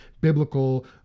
biblical